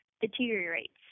deteriorates